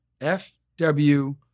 F-W